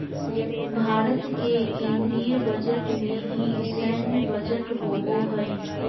भारत के केन्द्रीय बजट में ही सैन्य बजट होबो हइ